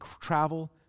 travel